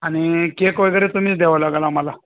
आणि केक वगैरे तुम्हीच द्यावा लागेल आम्हाला